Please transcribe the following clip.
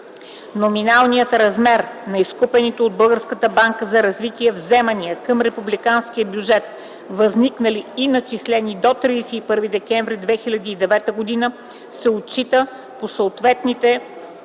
Номиналният размер на изкупените от Българската банка за развитие вземания към републиканския бюджет, възникнали и начислени до 31 декември 2009 г., се отчита по съответните бюджети